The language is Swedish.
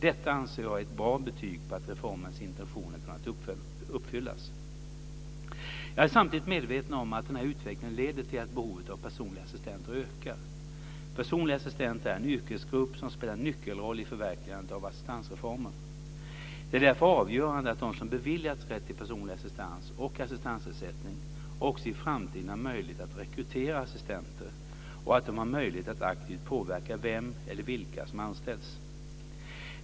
Detta anser jag är ett bra betyg på att reformens intentioner kunnat uppfyllas. Jag är samtidigt medveten om att den här utvecklingen leder till att behovet av personliga assistenter ökar. Personliga assistenter är en yrkesgrupp som spelar en nyckelroll i förverkligandet av assistansreformen. Det är därför avgörande att de som beviljats rätt till personlig assistans och assistansersättning också i framtiden har möjlighet att rekrytera assistenter och att de har möjlighet att aktivt påverka vem eller vilka som anställs.